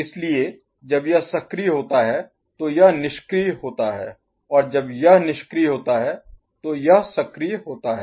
इसलिए जब यह सक्रिय होता है तो यह निष्क्रिय होता है और जब यह निष्क्रिय होता है तो यह सक्रिय होता है